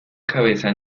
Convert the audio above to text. cabeza